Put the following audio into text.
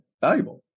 valuable